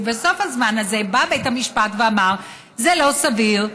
ובסוף הזמן הזה בא בית המשפט ואמר: זה לא סביר,